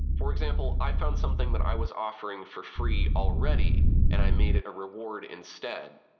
for example, i found something that i was offering for free already and i made it a reward instead.